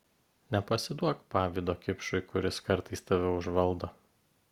nepasiduok pavydo kipšui kuris kartais tave užvaldo